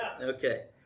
okay